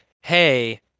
hey